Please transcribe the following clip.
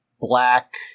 black